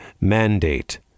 mandate